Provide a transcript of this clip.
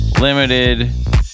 Limited